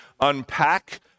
unpack